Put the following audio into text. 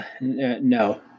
no